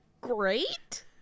great